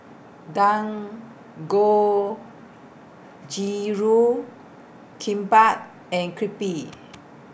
Dangojiru Kimbap and Crepe